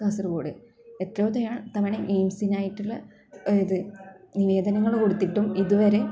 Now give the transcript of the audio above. കാസർഗോട് എത്രയോ തവണ എയിംസിനായിട്ടുള്ള ഇത് നിവേദനങ്ങൾ കൊടുത്തിട്ടും ഇതുവരെ